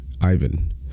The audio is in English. Ivan